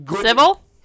Civil